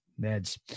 Meds